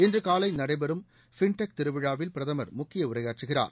இன்று காலை நடைபெறும் ஃபின்டெக் திருவிழாவில் பிரதமர் முக்கிய உரையாற்றுகிறார்